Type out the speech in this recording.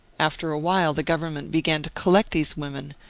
after a while, the government began to collect these women,